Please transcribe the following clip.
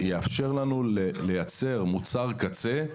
איך מייצרים סדר שיאפשר לנו לייצר מוצר קצה,